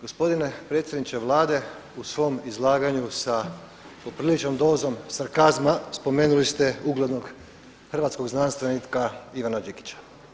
Gospodine predsjedniče Vlade u svom izlaganju sa popriličnom dozom sarkazma spomenuli ste uglednog hrvatskog znanstvenika Ivana Đikića.